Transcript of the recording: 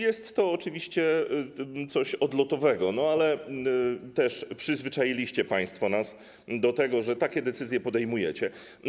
Jest to oczywiście coś odlotowego, ale też przyzwyczailiście nas państwo do tego, że takie decyzje podejmujecie.